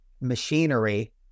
machinery